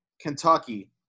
Kentucky